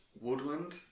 woodland